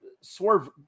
Swerve